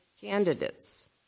candidates